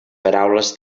paraules